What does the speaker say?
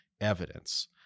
evidence